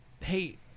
hey